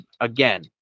again